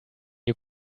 you